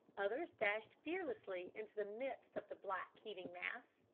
others dashed fearlessly into the midst of the black heaving mass,